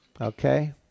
Okay